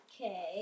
Okay